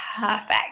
perfect